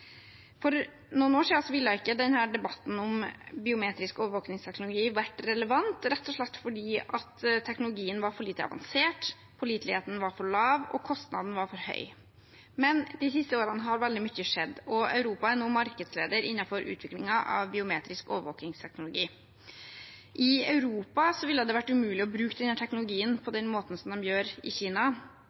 For noen år siden ville ikke denne debatten om biometrisk overvåkningsteknologi vært relevant rett og slett fordi teknologien var for lite avansert, påliteligheten var for lav, og kostnaden var for høy. Men de siste årene har veldig mye skjedd. Europa er nå markedsleder innenfor utviklingen av biometrisk overvåkningsteknologi. I Europa ville det vært umulig å bruke denne teknologien på den måten som de gjør i Kina,